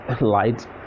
light